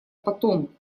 потом